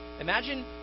Imagine